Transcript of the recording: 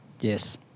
Yes